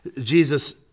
Jesus